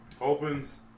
Opens